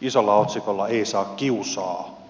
isolla otsikolla ei saa kiusaa